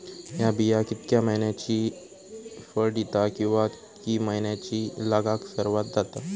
हया बिया कितक्या मैन्यानी फळ दिता कीवा की मैन्यानी लागाक सर्वात जाता?